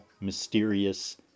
mysterious